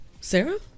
Sarah